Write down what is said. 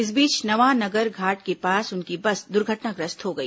इस बीच नवा नगर घाट के पास उनकी बस दुर्घटनाग्रस्त हो गई